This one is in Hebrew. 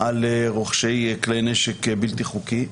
על רוכשי כלי נשק בלתי חוקי.